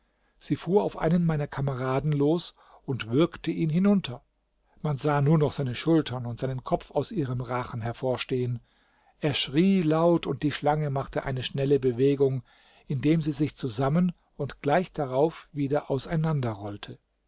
sie fuhr auf einen meiner kameraden los und würgte ihn hinunter man sah nur noch seine schultern und seinen kopf aus ihrem rachen hervorstehen er schrie laut und die schlange machte eine schnelle bewegung indem sie sich zusammen und gleich darauf wieder auseinander rollte